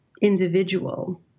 individual